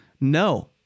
No